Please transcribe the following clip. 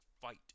fight